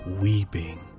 weeping